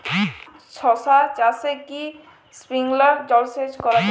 শশা চাষে কি স্প্রিঙ্কলার জলসেচ করা যায়?